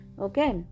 Okay